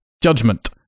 Judgment